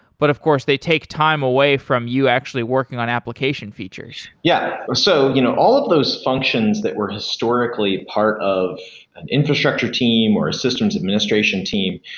but of course they take time away from you actually working on application features. yeah. so you know all of those functions that were historically part of an infrastructure team or a systems administration team.